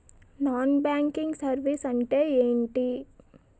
Non banking services అంటే ఎంటి?